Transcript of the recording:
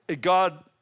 God